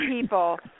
people